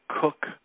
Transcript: cook